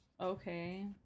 Okay